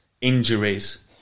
injuries